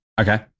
Okay